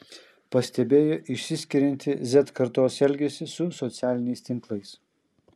pastebėjo išsiskiriantį z kartos elgesį su socialiniais tinklais